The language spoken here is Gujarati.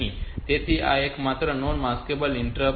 તેથી આ એકમાત્ર નોન માસ્કેબલ ઇન્ટરપ્ટ છે જે 8085 પાસે છે